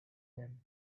them